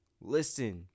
listen